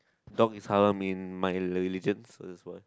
dog is haram my religion so that's why